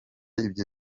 ibyo